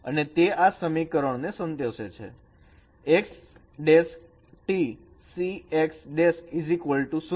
અને તે આ સમીકરણ ને સંતોષે છે X T CX 0